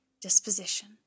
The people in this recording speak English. disposition